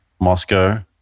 Moscow